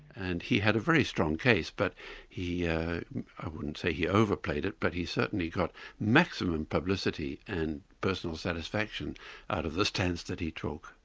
and he had a very strong case, but he yeah i wouldn't say he overplayed it, but he certainly got maximum publicity and personal satisfaction out of the stance that he took.